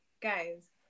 guys